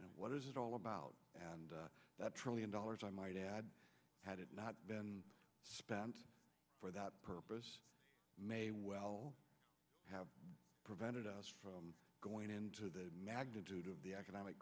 and what is it all about and that trillion dollars i might add had it not been spent for that purpose may well have prevented us from going into the magnitude of the economic